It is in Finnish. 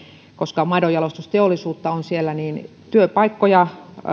koska maidonjalostusteollisuutta on siellä työpaikkoja